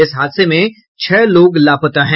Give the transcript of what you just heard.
इस हादसे में छह लोग लापता हैं